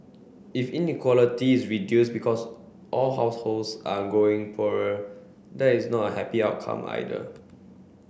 if inequality is reduced because all households are growing poorer that is not a happy outcome either